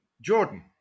Jordan